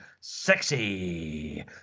sexy